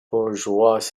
bourgeois